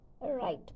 Right